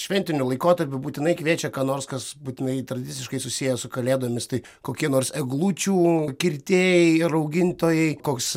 šventiniu laikotarpiu būtinai kviečia ką nors kas būtinai tradiciškai susiję su kalėdomis tai kokie nors eglučių kirtėjai ir augintojai koks